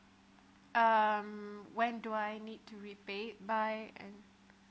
um when do I need to repay by end